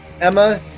Emma